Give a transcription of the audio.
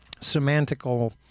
semantical